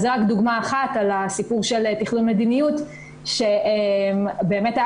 זו רק דוגמה אחת על הסיפור של תכלול מדיניות שבאמת היה